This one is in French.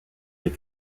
les